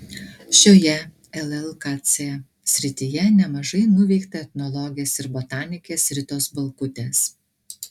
šioje llkc srityje nemažai nuveikta etnologės ir botanikės ritos balkutės